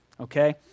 okay